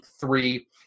three